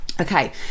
Okay